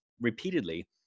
repeatedly